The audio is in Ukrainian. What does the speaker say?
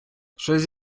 щось